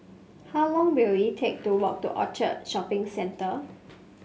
how long will it take to walk to Orchard Shopping Centre